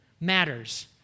matters